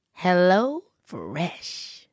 HelloFresh